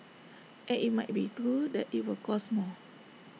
and IT might be true that IT will cost more